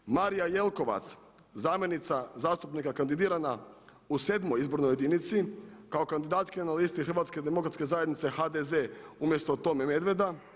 Pod 9. Marija Jelkovac zamjenica zastupnika kandidirana u 7. izbornoj jedinici kao kandidatkinja na listi Hrvatske demokratske zajednice HDZ umjesto Tome Medveda.